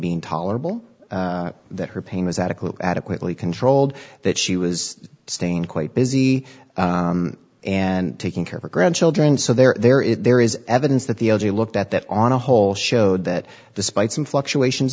being tolerable that her pain was adequate adequately controlled that she was staying quite busy and taking care of her grandchildren so there is there is evidence that the o j looked at that on a whole showed that the spite some fluctuations